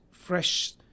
fresh